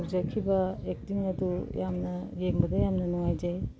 ꯇꯧꯖꯈꯤꯕ ꯑꯦꯛꯇꯤꯡ ꯑꯗꯨ ꯌꯥꯝꯅ ꯌꯦꯡꯕꯗ ꯌꯥꯝꯅ ꯅꯨꯡꯉꯥꯏꯖꯩ